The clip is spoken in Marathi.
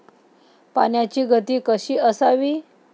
पाण्याची गती कशी असावी?